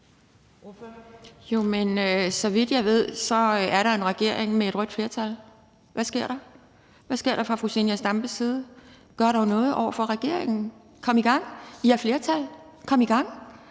Jo, men så vidt jeg ved, er der en regeringen med et rødt flertal. Hvad sker der? Hvad sker der fra fru Zenia Stampes side? Gør dog noget over for regeringen. Kom i gang – I har flertal. Kom i gang.